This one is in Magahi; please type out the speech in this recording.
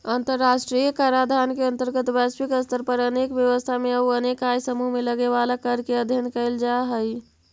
अंतर्राष्ट्रीय कराधान के अंतर्गत वैश्विक स्तर पर अनेक व्यवस्था में अउ अनेक आय समूह में लगे वाला कर के अध्ययन कैल जा हई